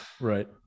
right